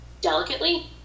delicately